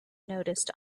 noticed